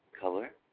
color